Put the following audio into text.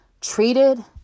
treated